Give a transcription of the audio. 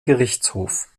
gerichtshof